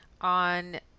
on